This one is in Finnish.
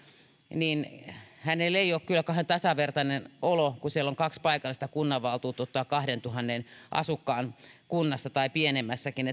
ei ole kyllä kauhean tasavertainen olo kun siellä on kaksi paikallista kunnanvaltuutettua kahteentuhanteen asukkaan kunnasta tai pienemmästäkin